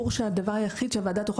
אם זה ברור שהדבר היחיד שהוועדה תוכל